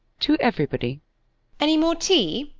to everybody any more tea?